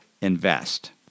invest